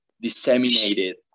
disseminated